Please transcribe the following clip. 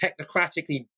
technocratically